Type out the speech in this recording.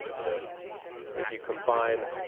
you know if you combine